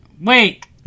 Wait